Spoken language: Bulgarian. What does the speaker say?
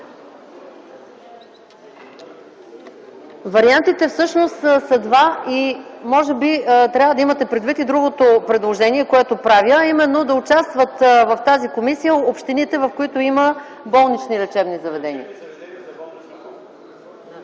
Вариантите всъщност са два. Може би, трябва да имате предвид и другото предложение, което правя, а именно да участват в тази комисия общините, в които имат болнични лечебни заведения